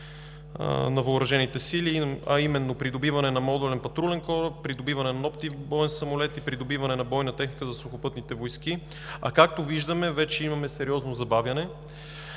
на въоръжените сили, а именно „Придобиване на модулен патрулен кораб“, „Придобиване на нов тип боен самолет“ и „Придобиване на бойна техника за сухопътните войски“. Както виждаме, вече имаме сериозно забавяне,